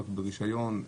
רק ברישיון,